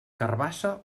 carabassa